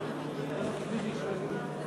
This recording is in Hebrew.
אני יושבת-ראש.